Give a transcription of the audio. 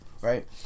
right